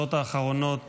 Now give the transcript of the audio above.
בשעות האחרונות